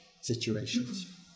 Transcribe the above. situations